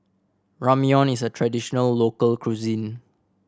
ramyeon is a traditional local cuisine